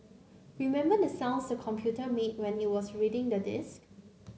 remember the sounds the computer made when it was reading the disk